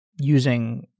using